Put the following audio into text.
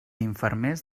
infermers